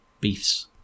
beefs